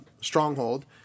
Stronghold